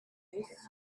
news